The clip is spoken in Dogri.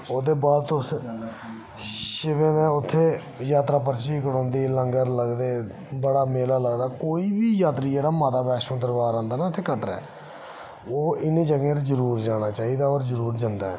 ओह्दे बाद उत्थै शिवें दे उत्थै यात्रा खड़ोंदी ऐ लंगर लगदे बड़ा मेला लगदा कोई बी यात्री माता बैश्णो दे दरबार औंदा न इत्थै कटड़ै ओह् इनें जगहें पर जरुर जंदा